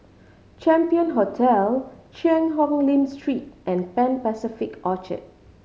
Champion Hotel Cheang Hong Lim Street and Pan Pacific Orchard